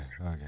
okay